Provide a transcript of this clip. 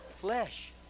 Flesh